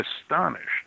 astonished